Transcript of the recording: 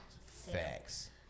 Facts